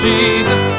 Jesus